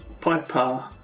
Piper